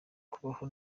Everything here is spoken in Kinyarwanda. kubaho